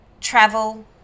Travel